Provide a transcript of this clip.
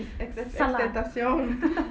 it's xxxtentacion